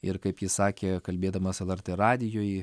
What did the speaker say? ir kaip jis sakė kalbėdamas lrt radijui